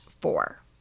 four